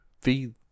feed